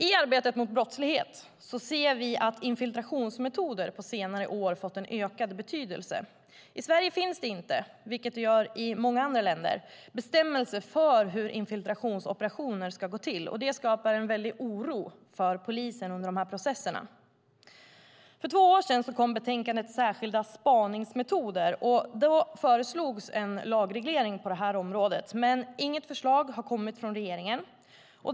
I arbetet mot brottslighet ser vi att infiltrationsmetoder på senare år har fått en ökad betydelse. I Sverige finns det inte bestämmelser för hur infiltrationsoperationer ska gå till, vilket det gör i många andra länder. Det skapar en väldig oro för polisen under dessa processer. För två år sedan kom betänkandet Särskilda spaningsmetoder . Då föreslogs en lagreglering på detta område, men inget förslag har kommit från regeringen.